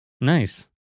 nice